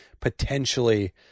potentially